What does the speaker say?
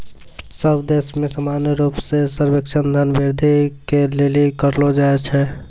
सब देश मे समान रूप से सर्वेक्षण धन वृद्धि के लिली करलो जाय छै